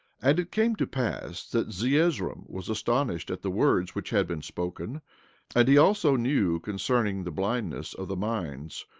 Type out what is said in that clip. and it came to pass that zeezrom was astonished at the words which had been spoken and he also knew concerning the blindness of the minds,